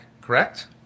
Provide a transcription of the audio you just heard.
correct